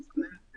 לחשוף אותם,